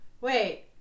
Wait